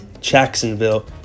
Jacksonville